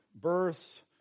births